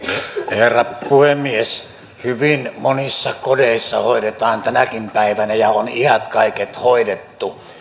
herra puhemies hyvin monissa kodeissa hoidetaan tänäkin päivänä ja on iät kaiket hoidettu